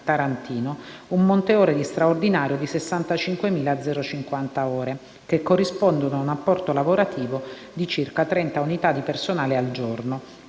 tarantino un monte ore di straordinario di 65.050 ore (che corrispondono ad un apporto lavorativo di circa 30 unità di personale al giorno),